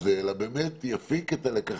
אלא באמת יפיק את הלקחים